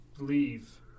leave